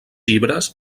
llibres